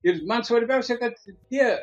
ir man svarbiausia kad tie